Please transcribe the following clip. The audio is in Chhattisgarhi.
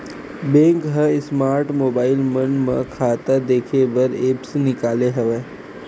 बेंक ह स्मार्ट मोबईल मन म खाता देखे बर ऐप्स निकाले हवय